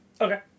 Okay